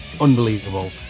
unbelievable